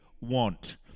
want